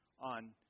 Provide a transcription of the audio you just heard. on